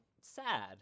sad